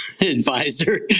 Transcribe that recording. advisor